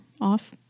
off